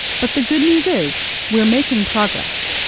but the good news is we're making progress.